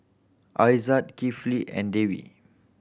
Aizat Kifli and Dwi